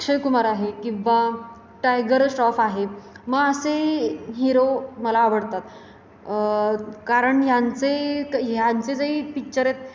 अक्षयकुमार आहे किंवा टायगर श्राॅफ आहे मग असे हिरो मला आवडतात कारण ह्यांचे ह्यांचे जे पिच्चर आहेत